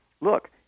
look